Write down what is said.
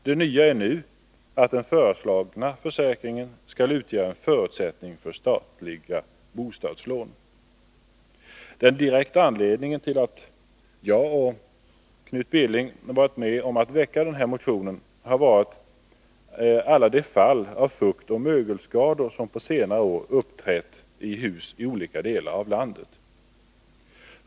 Det nya är nu att den föreslagna försäkringen skall utgöra en förutsättning för statliga bostadslån. Den direkta anledningen till att jag och Knut Billing har väckt denna motion har varit alla de fall av fuktoch mögelskador som på senare år uppträtt i hus i olika delar av landet.